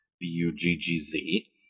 B-U-G-G-Z